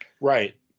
right